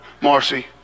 Marcy